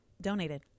donated